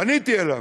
פניתי אליו,